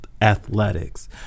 athletics